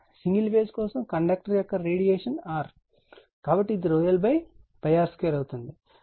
single phase కోసం conductor యొక్క radiation R కాబట్టి ఇది lr2అవుతుంది